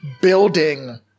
building